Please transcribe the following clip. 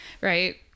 right